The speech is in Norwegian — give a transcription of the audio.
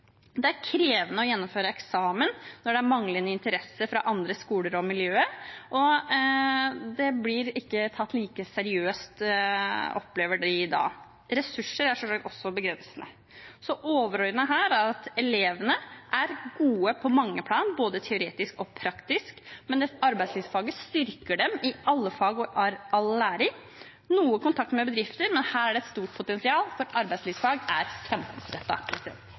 Det er krevende å gjennomføre eksamen når det er manglende interesse fra andre skoler og miljøer, og det blir ikke tatt like seriøst, opplever de. Ressurser er selvfølgelig også begrensende. Det overordnede her er at elevene er gode på mange plan, både teoretisk og praktisk, men arbeidslivsfaget styrker dem i alle fag og all læring. De har noe kontakt med bedrifter, men her er det et stort potensial, for arbeidslivsfag er